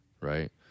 right